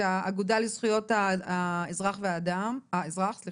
את האגודה לזכויות האזרח בישראל,